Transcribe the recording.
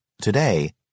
Today